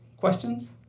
questions